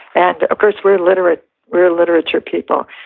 and of course, we're literature we're literature people.